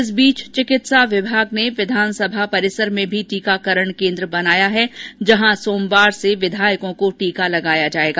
इस बीच चिकित्सा विभाग ने विधानसभा परिसर में भी टीकाकरण केन्द्र बनाया गया है जहां सोमवार से विधायकों को टीका लगाया जायेगा